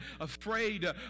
afraid